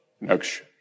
next